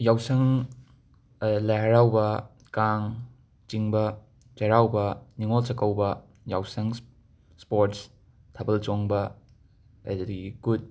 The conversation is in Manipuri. ꯌꯥꯎꯁꯪ ꯂꯥꯏ ꯍꯔꯥꯎꯕ ꯀꯥꯡ ꯆꯤꯡꯕ ꯆꯩꯔꯥꯎꯕ ꯅꯤꯡꯉꯣꯜ ꯆꯥꯛꯀꯧꯕ ꯌꯥꯎꯁꯪ ꯁ꯭ꯄꯣꯔꯠꯁ ꯊꯥꯕꯜ ꯆꯣꯡꯕ ꯑꯗꯨꯗꯒꯤ ꯀꯨꯠ